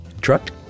truck